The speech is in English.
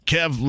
Kev